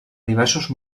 diversos